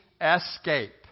escape